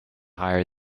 higher